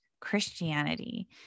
Christianity